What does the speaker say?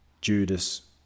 Judas